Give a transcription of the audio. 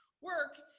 work